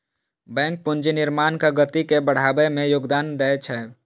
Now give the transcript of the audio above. bank पूंजी निर्माणक गति के बढ़बै मे योगदान दै छै